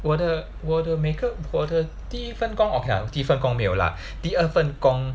我的我的每个我的第一份工 okay lah 第一份工没有 lah 第二分工